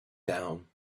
down